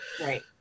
right